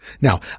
Now